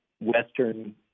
Western